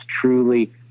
truly